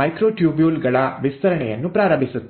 microtubule ಗಳ ವಿಸ್ತರಣೆಯನ್ನು ಪ್ರಾರಂಭಿಸುತ್ತೀರಿ